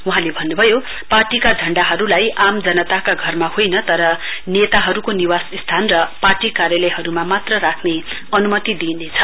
वहाँले भन्नुभयो पार्टीका झण्डाहरुलाई आम जनताका घरमा होइना तर नेताहरुको निवास स्थान र पार्टी कार्यलयहरुमा मात्र राख्ने अनुमति दिइनेछ